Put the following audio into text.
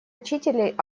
учителей